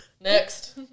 Next